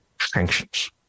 sanctions